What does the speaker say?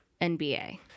nba